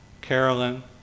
Carolyn